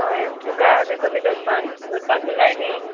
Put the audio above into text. हय तुका आमी कमी धरपाकू जाय न्ही